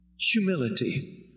Humility